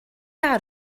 out